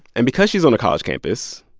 and because she's on a college campus,